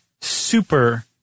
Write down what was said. super